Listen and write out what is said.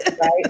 right